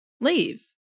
leave